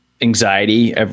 anxiety